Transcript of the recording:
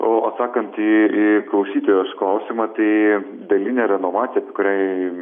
o atsakant į į klausytojos klausimą tai dalinė renovacija tikrai